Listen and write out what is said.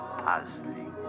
puzzling